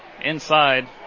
inside